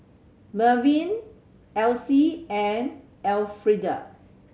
Mervyn Alcie and Alfreda